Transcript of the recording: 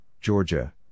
Georgia